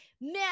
man